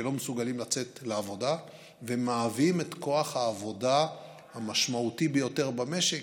שלא מסוגלים לצאת לעבודה ומהווים את כוח העבודה המשמעותי ביותר במשק,